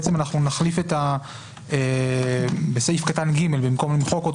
בעצם בסעיף קטן (ג) במקום למחוק אותו